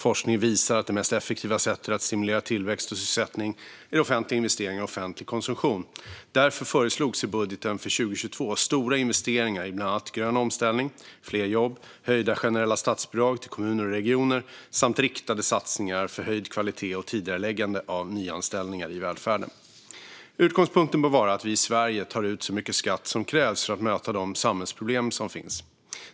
Forskning visar att det mest effektiva sättet att stimulera tillväxt och sysselsättning är offentliga investeringar och offentlig konsumtion. Därför föreslogs i budgeten för 2022 stora investeringar i bland annat grön omställning och fler jobb, höjda generella statsbidrag till kommuner och regioner samt riktade satsningar för höjd kvalitet och tidigareläggande av nyanställningar i välfärden. Utgångspunkten bör vara att vi i Sverige tar ut så mycket skatt som krävs för att möta de samhällsproblem som finns.